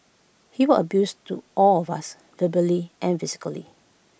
he were abuse to all of us verbally and physically